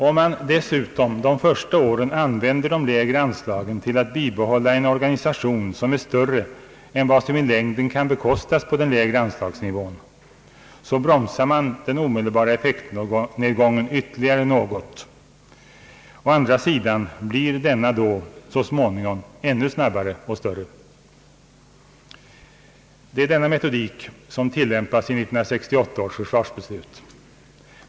Om man dessutom de första åren använder de lägre anslagen till att bibehålla en organisation som är större än vad som i längden kan bekostas på den lägre an slagsnivån, så bromsar man den omedelbara effektnedgången ytterligare något. Å andra sidan blir denna då så småningom ännu snabbare och större. Det är denna metodik som tillämpas i 1968 års försvarsbeslut.